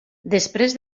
després